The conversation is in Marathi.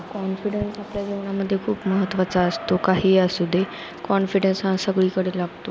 कॉन्फिडन्स आपल्या जीवनामदध्ये खूप महत्त्वाचा असतो काहीही असू दे कॉन्फिडन्स हा सगळीकडे लागतो